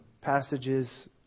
passages